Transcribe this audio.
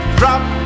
drop